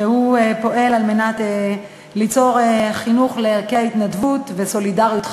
שפועל ליצור חינוך לערכי התנדבות וסולידריות חברתית.